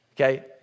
okay